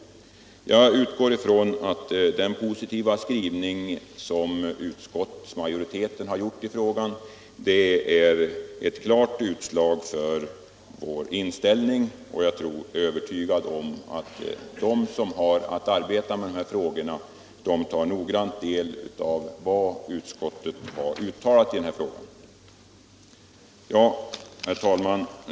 Jag utgår från att utskottsmajoritetens positiva skrivning i ärendet är ett klart uttryck för vår inställning. Jag är övertygad om att de som har att arbeta med dessa frågor tar noggrann del av vad utskottet har uttalat. Herr talman!